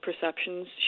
perceptions